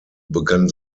begann